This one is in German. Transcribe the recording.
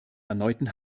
erneuten